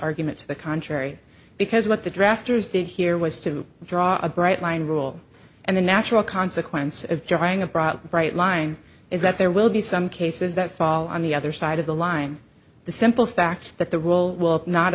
argument to the contrary because what the drafters did here was to draw a bright line rule and the natural consequence of drawing a broad bright line is that there will be some cases that fall on the other side of the line the simple fact that the rule will not